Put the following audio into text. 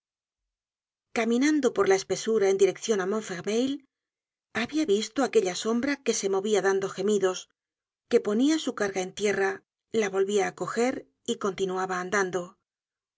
caminando por la espesura en direccion de montfermeil habia visto content from google book search generated at aquella pequeña sombra que se movia dando gemidos que ponía su carga en tierra la volvia á coger y continuaba andando